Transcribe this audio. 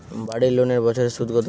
বাড়ি লোনের বছরে সুদ কত?